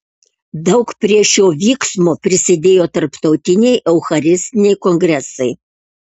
daug prie šio vyksmo prisidėjo tarptautiniai eucharistiniai kongresai